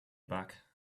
back